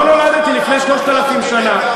לא נולדתי לפני 3,000 שנה.